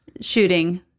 Shooting